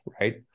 right